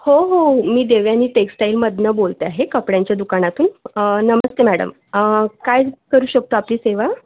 हो हो मी देवयानी टेक्सटाईलमधनं बोलते आहे कपड्यांच्या दुकानातून नमस्ते मॅडम काय करू शकतो आपली सेवा